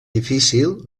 difícil